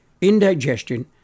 Indigestion